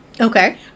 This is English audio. Okay